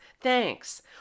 Thanks